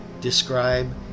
describe